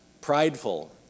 prideful